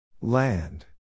Land